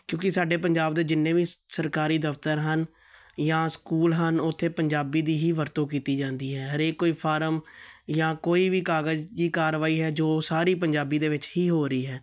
ਕਿਉਂਕਿ ਸਾਡੇ ਪੰਜਾਬ ਦੇ ਜਿੰਨੇ ਵੀ ਸ ਸਰਕਾਰੀ ਦਫਤਰ ਹਨ ਜਾਂ ਸਕੂਲ ਹਨ ਉੱਥੇ ਪੰਜਾਬੀ ਦੀ ਹੀ ਵਰਤੋਂ ਕੀਤੀ ਜਾਂਦੀ ਹੈ ਹਰੇਕ ਕੋਈ ਫਾਰਮ ਜਾਂ ਕੋਈ ਵੀ ਕਾਗਜ਼ ਜੀ ਕਾਰਵਾਈ ਹੈ ਜੋ ਸਾਰੀ ਪੰਜਾਬੀ ਦੇ ਵਿੱਚ ਹੀ ਹੋ ਰਹੀ ਹੈ